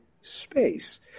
space